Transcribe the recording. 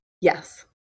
Yes